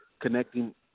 connecting